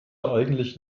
eigentlich